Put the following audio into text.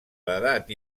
l’edat